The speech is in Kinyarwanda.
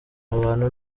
abantu